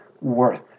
worth